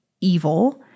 evil